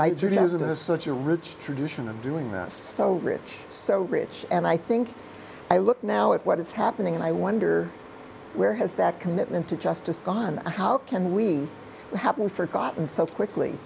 the such a rich tradition of doing that so rich so rich and i think i look now at what is happening and i wonder where has that commitment to justice gone how can we have forgotten so quickly